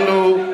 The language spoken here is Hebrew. קיבלנו,